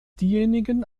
diejenigen